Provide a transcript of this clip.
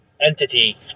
entity